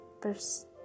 first